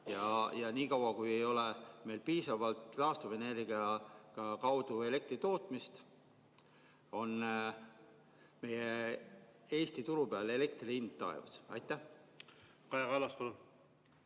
ja nii kaua, kui ei ole meil piisavalt taastuvenergia abil elektri tootmist, on Eesti turul elektri hind taevas. Hea